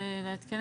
לעדכן